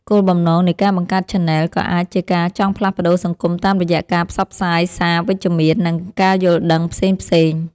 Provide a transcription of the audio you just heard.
គោលបំណងនៃការបង្កើតឆានែលក៏អាចជាការចង់ផ្លាស់ប្តូរសង្គមតាមរយៈការផ្សព្វផ្សាយសារវិជ្ជមាន និងការយល់ដឹងផ្សេងៗ។